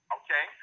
okay